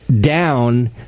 down